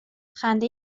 خنده